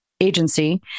agency